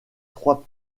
trois